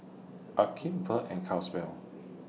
Akeem Verl and Caswell